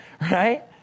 right